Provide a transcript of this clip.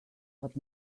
but